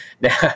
Now